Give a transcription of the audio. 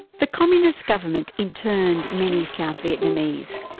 the communist government interned many south vietnamese,